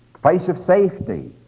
place of safety.